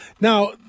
Now